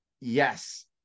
Yes